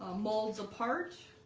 ah molds apart